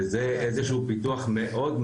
וזה איזה שהוא פיתוח מאוד,